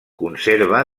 conserva